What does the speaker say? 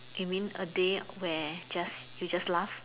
you mean a day where just you just laugh